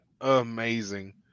amazing